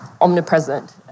omnipresent